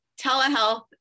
Telehealth